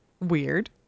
Weird